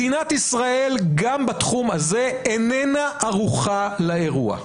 מדינת ישראל גם בתחום הזה איננה ערוכה לאירוע.